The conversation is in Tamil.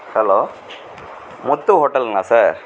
ஹலோ முத்து ஹோட்டல்ங்களா சார்